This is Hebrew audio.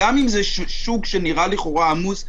גם אם זה שוק שנראה לכאורה עמוס,